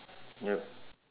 yup